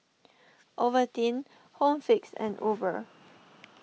Ovaltine Home Fix and Uber